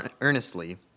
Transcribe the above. earnestly